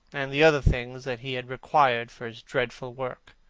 and the other things that he had required for his dreadful work.